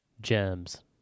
Gems